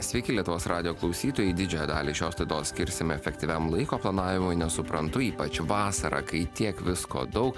sveiki lietuvos radijo klausytojai didžiąją dalį šios laidos skirsime efektyviam laiko planavimui nes suprantu ypač vasarą kai tiek visko daug